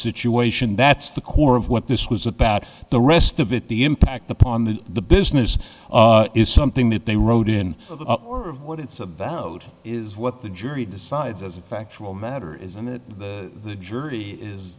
situation that's the core of what this was about the rest of it the impact upon the the business is something that they wrote in what it's about is what the jury decides as a factual matter is and that the jury is